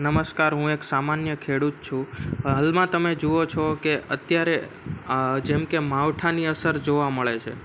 નમસ્કાર હું એક સામાન્ય ખેડૂત છું હાલમાં તમે જુઓ છો કે અત્યારે જેમ કે માવઠાની અસર જોવા મળે છે